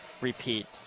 repeat